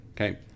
Okay